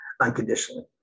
unconditionally